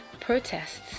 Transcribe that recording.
protests